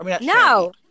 No